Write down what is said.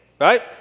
right